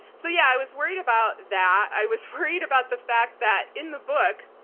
so, yeah. i was worried about that. i was worried about the fact that in the book,